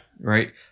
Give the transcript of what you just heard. Right